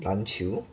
篮球